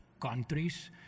countries